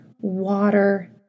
water